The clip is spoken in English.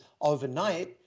overnight